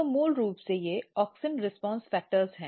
तो मूल रूप से ये ऑक्सिन रिस्पॉन्स फैक्टर हैं